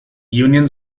union